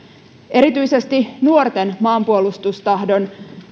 erityisesti nuorten maanpuolustustahdon